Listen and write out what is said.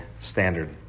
standard